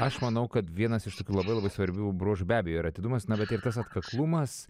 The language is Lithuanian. aš manau kad vienas iš tokių labai labai svarbių bruožų be abejo yra atidumasne bet ir tas atkaklumas